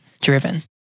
driven